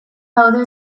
daude